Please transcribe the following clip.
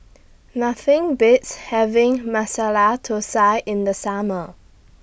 Nothing Beats having Masala Thosai in The Summer